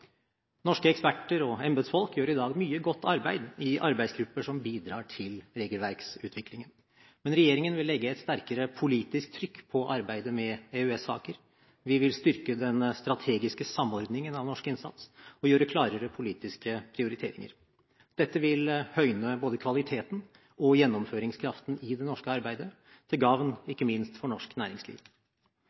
Norske eksperter og embetsfolk gjør i dag mye godt arbeid i arbeidsgrupper som bidrar til regelverksutviklingen. Regjeringen vil legge et sterkere politisk trykk på arbeidet med EØS-saker. Vi vil styrke den strategiske samordningen av norsk innsats, og gjøre klarere politiske prioriteringer. Dette vil høyne både kvaliteten og gjennomføringskraften i det norske arbeidet, til gavn ikke minst for norsk næringsliv.